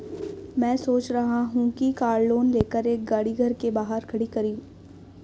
मैं सोच रहा हूँ कि कार लोन लेकर एक गाड़ी घर के बाहर खड़ी करूँ